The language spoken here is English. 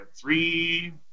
three